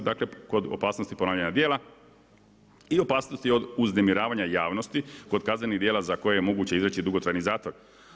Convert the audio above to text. Dakle, kod opasnosti ponavljanja djela i opasnosti od uznemiravanja javnosti kod kaznenih djela za koje je moguće izreći dugotrajni zatvor.